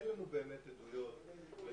אין לנו באמת עדויות לזה